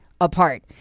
apart